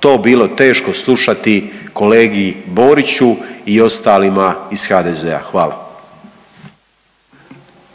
to bilo teško slušati kolegi Boriću i ostalima iz HDZ-a. Hvala. **Vidović,